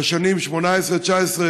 לשנים 2018, 2019,